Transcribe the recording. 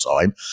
time